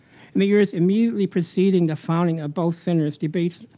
in the years immediately preceding the founding of both centers, debates